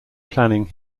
planning